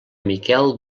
miquel